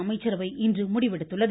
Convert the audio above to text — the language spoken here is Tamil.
அமைச்சரவை இன்று முடிவெடுத்துள்ளது